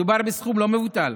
ומדובר בסכום לא מבוטל,